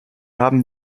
haben